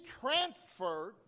transferred